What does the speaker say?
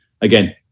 again